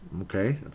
Okay